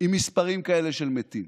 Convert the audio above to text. עם מספרים כאלה של מתים.